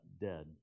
dead